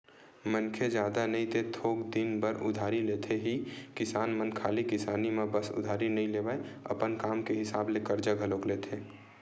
मनखे जादा नई ते थोक दिन बर उधारी लेथे ही किसान मन खाली किसानी म बस उधारी नइ लेवय, अपन काम के हिसाब ले करजा घलोक लेथे